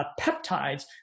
peptides